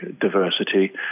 diversity